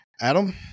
Adam